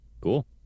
Cool